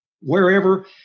wherever